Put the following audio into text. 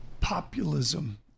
populism